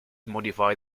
modify